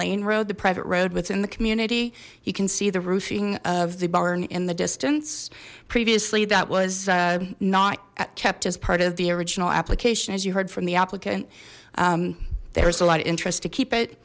lane road the private road within the community you can see the roofing of the barn in the distance previously that was not kept as part of the original application as you heard from the applicant there was a lot of interest to keep it